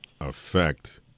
affect